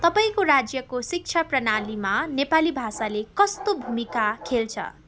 तपाईँको राज्यको शिक्षा प्रणालीमा नेपाली भाषाले कस्तो भूमिका खेल्छ